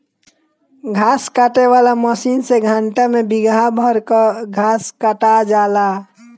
घास काटे वाला मशीन से घंटा में बिगहा भर कअ घास कटा जाला